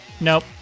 Nope